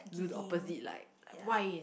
do the opposite like like why